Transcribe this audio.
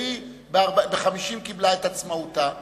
והיא ב-1950 קיבלה את עצמאותה,